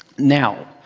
now